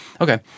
Okay